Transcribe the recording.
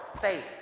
Faith